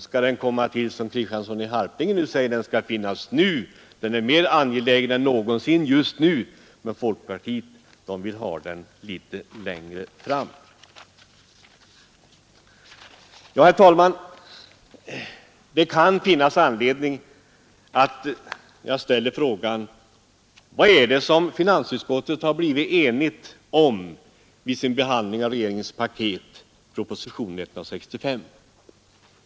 Är en rundabordskonferens, som herr Kristiansson i Harplinge säger, mer angelägen än någonsin just nu eller skall man ha den litet längre fram som folkpartiet vill? Herr talman! Det kan finnas anledning att ställa frågan: Vad är det som finansutskottet blivit enigt om vid sin behandling av regeringens paket, propositionen 165?